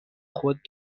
خود